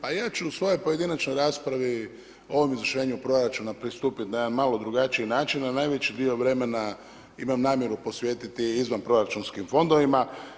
Pa ja ću u svojoj pojedinačnoj raspravi ovom izvršenju proračuna, pristupiti na jedan malo drugačiji način, a najveći dio vremena imam namjeru posvetiti izvanproračunskim fondovima.